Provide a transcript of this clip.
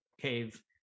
cave